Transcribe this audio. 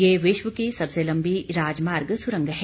यह विश्व की सबसे लंबी राजमार्ग सुरंग है